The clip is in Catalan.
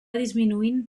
disminuint